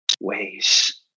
ways